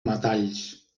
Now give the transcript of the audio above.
metalls